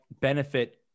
benefit